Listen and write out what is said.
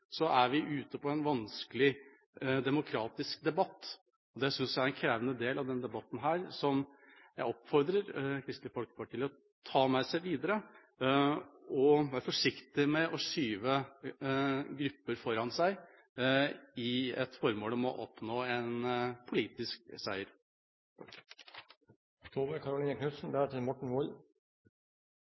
er vi ute i en vanskelig demokratisk debatt. Det synes jeg er en krevende del av denne debatten som jeg oppfordrer Kristelig Folkeparti til å ta med seg videre – og være forsiktig med å skyve grupper foran seg med det formål å oppnå en politisk seier.